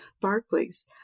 Barclays